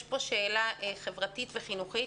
יש פה שאלה חברתית וחינוכית.